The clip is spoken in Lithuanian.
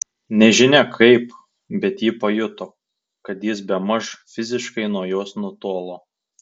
nežinia kaip bet ji pajuto kad jis bemaž fiziškai nuo jos nutolo